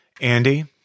Andy